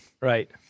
Right